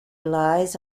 lies